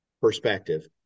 perspective